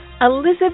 Elizabeth